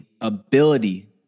ability